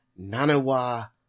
Nanawa